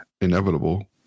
inevitable